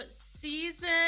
season